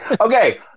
Okay